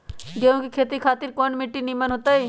गेंहू की खेती खातिर कौन मिट्टी निमन हो ताई?